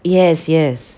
yes yes